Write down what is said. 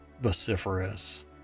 vociferous